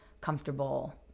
comfortable